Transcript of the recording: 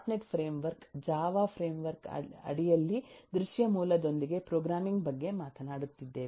net framework Java framework ಅಡಿಯಲ್ಲಿ ದೃಶ್ಯ ಮೂಲದೊಂದಿಗೆ ಪ್ರೋಗ್ರಾಮಿಂಗ್ ಬಗ್ಗೆ ಮಾತನಾಡುತ್ತಿದ್ದೇವೆ